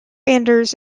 anders